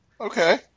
Okay